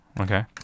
okay